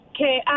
Okay